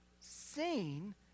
seen